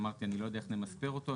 אמרתי שאני לא יודע איך נמספר אותו,